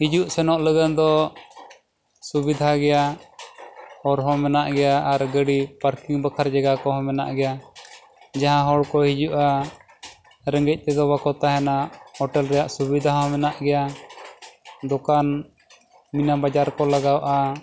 ᱦᱤᱡᱩᱜ ᱥᱮᱱᱚᱜ ᱞᱟᱹᱜᱤᱫ ᱫᱚ ᱥᱩᱵᱤᱫᱷᱟ ᱜᱮᱭᱟ ᱦᱚᱨ ᱦᱚᱸ ᱢᱮᱱᱟᱜ ᱜᱮᱭᱟ ᱟᱨ ᱜᱟᱹᱰᱤ ᱯᱟᱨᱠᱤᱝ ᱵᱟᱠᱷᱟᱨ ᱡᱟᱭᱜᱟ ᱠᱚᱦᱚᱸ ᱢᱮᱱᱟᱜ ᱜᱮᱭᱟ ᱡᱟᱦᱟᱸ ᱦᱚᱲ ᱠᱚ ᱦᱤᱡᱩᱜᱼᱟ ᱨᱮᱸᱜᱮᱡ ᱛᱮᱫᱚ ᱵᱟᱠᱚ ᱛᱟᱦᱮᱱᱟ ᱦᱳᱴᱮᱞ ᱨᱮᱭᱟᱜ ᱥᱩᱵᱤᱫᱷᱟ ᱦᱚᱸ ᱢᱮᱱᱟᱜ ᱜᱮᱭᱟ ᱫᱚᱠᱟᱱ ᱢᱤᱱᱟ ᱵᱟᱡᱟᱨ ᱠᱚ ᱞᱟᱜᱟᱣᱟᱜᱼᱟ